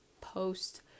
post